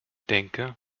denke